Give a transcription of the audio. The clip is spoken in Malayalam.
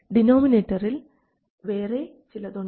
ഡിനോമിനേറ്ററിൽ വേറെ ചിലതുണ്ട്